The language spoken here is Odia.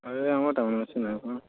ଏ ଆମର ତାମାନେ କିଛି ନାଇଁ ହୋ